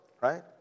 right